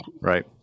Right